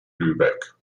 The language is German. lübeck